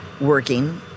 working